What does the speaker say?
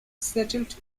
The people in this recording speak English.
settled